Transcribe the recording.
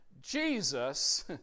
Jesus